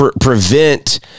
prevent